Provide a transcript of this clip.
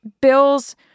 Bill's